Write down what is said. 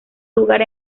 lugar